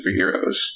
superheroes